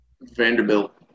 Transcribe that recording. Vanderbilt